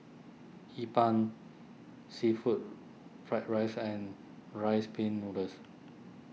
Hee Pan Seafood Fried Rice and Rice Pin Noodles